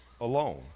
alone